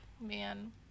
man